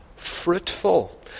fruitful